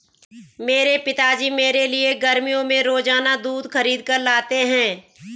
मेरे पिताजी मेरे लिए गर्मियों में रोजाना दूध खरीद कर लाते हैं